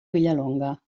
vilallonga